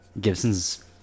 Gibson's